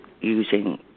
using